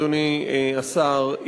אדוני השר,